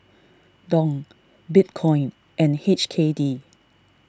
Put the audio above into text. Dong Bitcoin and H K D